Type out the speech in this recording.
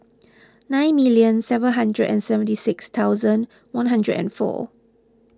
nine million seven hundred and seventy six thousand one hundred and four